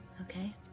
Okay